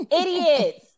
idiots